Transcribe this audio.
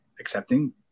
accepting